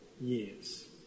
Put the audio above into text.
years